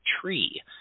Tree